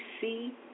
see